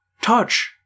Touch